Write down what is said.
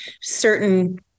certain